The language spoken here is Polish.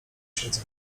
siedzę